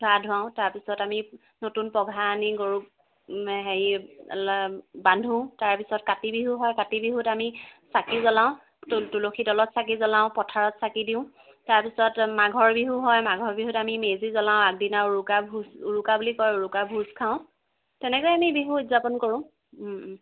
গা ধুৱাওঁ তাৰপিছত আমি নতুন পঘা আনি গৰুক হেৰি বান্ধোঁ তাৰপিছত কাতি বিহু হয় কাতি বিহুত আমি চাকি জ্বলাওঁ তু তুলসী তলত চাকি জ্বলাওঁ পথাৰত চাকি দিওঁ তাৰপিছত মাঘৰ বিহু হয় মাঘৰ বিহুত আমি মেজি জ্বলাওঁ আগদিনা উৰুকা ভোজ উৰুকা বুলি কয় উৰুকা ভোজ খাওঁ তেনেকৈ আমি বিহু উদযাপন কৰোঁ